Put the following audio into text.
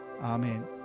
Amen